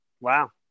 wow